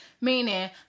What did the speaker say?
meaning